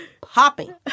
popping